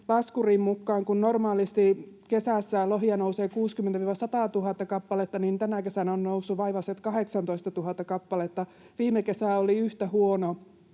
laskurin mukaan, kun normaalisti kesässä lohia nousee 60 000— 100 000 kappaletta, tänä kesänä on noussut vaivaiset 18 000 kappaletta. Viime kesä oli yhtä huono.